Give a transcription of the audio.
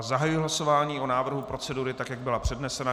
Zahajuji hlasování o návrhu procedury, tak jak byla přednesena.